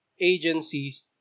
agencies